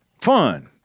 fun